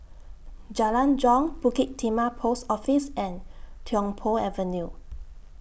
Jalan Jong Bukit Timah Post Office and Tiong Poh Avenue